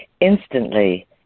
instantly